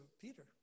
Peter